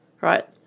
right